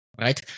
right